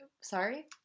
Sorry